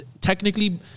technically